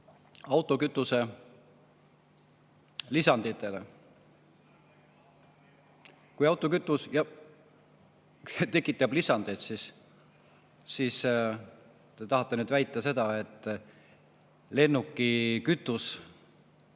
autokütuse lisanditele. Kui autokütus tekitab lisandeid, siis kas te tahate nüüd väita, et lennukikütus